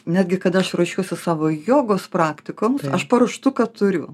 netgi kada aš ruošiuosi savo jogos praktikoms aš paruoštuką turiu